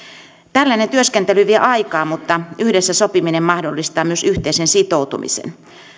tällainen työskentely vie aikaa mutta yhdessä sopiminen mahdollistaa myös yhteisen sitoutumisen